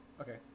okay